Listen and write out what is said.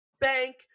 bank